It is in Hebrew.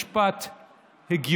מערכת משפט הגיונית,